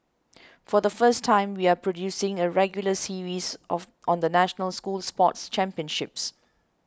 for the first time we are producing a regular series of on the national school sports championships